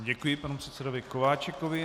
Děkuji panu předsedovi Kováčikovi.